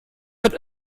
mit